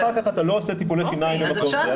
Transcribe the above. אחר כך אתה לא עושה טיפולי שיניים במקום --- אוקיי.